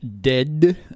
dead